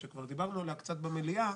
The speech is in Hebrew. שכבר דברנו עליה קצת במליאה,